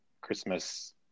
Christmas